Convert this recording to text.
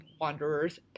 Wanderer's